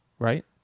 Right